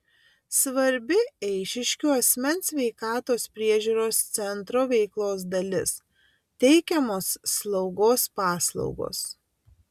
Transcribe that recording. svarbi eišiškių asmens sveikatos priežiūros centro veiklos dalis teikiamos slaugos paslaugos